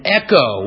echo